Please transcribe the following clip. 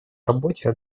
работе